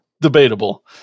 Debatable